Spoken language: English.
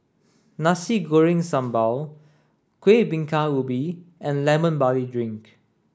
Nasi Goreng Sambal Kuih Bingka Ubi and lemon barley drink